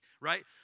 right